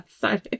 sorry